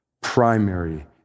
primary